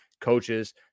Coaches